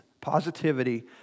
positivity